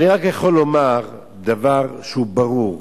אני רק יכול לומר דבר שהוא ברור,